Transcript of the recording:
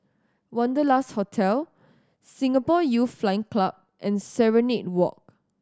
Wanderlust Hotel Singapore Youth Flying Club and Serenade Walk